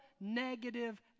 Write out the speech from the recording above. negative